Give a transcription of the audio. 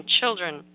children